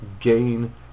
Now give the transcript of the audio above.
gain